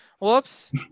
whoops